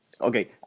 Okay